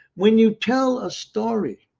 when you tell a story,